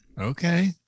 Okay